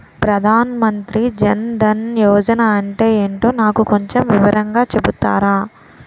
ప్రధాన్ మంత్రి జన్ దన్ యోజన అంటే ఏంటో నాకు కొంచెం వివరంగా చెపుతారా?